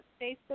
Facebook